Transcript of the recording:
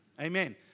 Amen